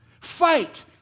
Fight